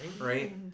Right